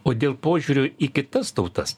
o dėl požiūrio į kitas tautas